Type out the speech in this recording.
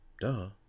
Duh